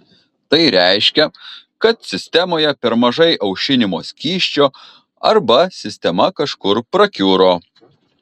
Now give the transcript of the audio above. tai reiškia kad sistemoje per mažai aušinimo skysčio arba sistema kažkur prakiuro